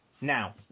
now